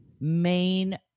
main